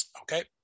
Okay